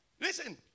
Listen